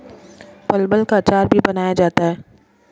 परवल का अचार भी बनाया जाता है